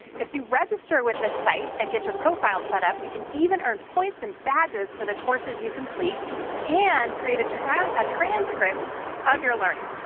if you register with this site and get your profile set up, you can even earn points and badges for the courses you complete and create a and ah transcript of your learning.